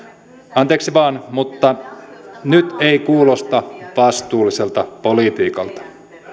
anteeksi vain mutta nyt ei kuulosta vastuulliselta politiikalta